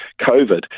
COVID